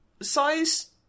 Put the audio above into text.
size